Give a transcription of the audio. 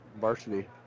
varsity